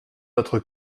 notre